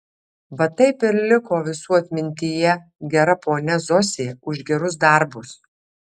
va taip ir liko visų atmintyje gera ponia zosė už gerus darbus